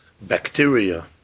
bacteria